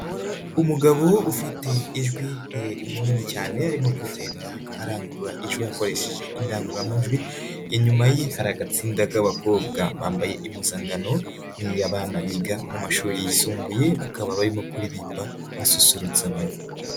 Umugabo ufite ijwi rinini cyane arimo kugenda arangurura ijwi akoresheje indangururamajwi, inyuma ye hari agatsinda k'abakobwa bambaye impuzankano nk'iy'abana biga mu mashuri yisumbuye bakaba barimo kuririmba basusurutsa abantu.